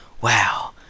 wow